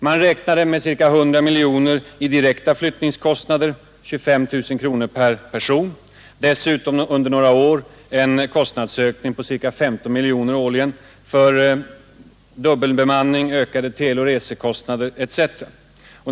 Man räknade med ca 100 miljoner i direkta flyttningskostnader 25 000 kronor per person och dessutom under några år en kostnadsökning på ca 15 miljoner årligen för dubbelbemanning, ökade teleoch resekostnader etc.